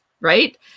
right